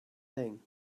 thing